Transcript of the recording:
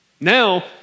Now